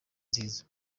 nziza